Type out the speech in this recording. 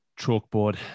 chalkboard